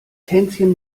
hänschen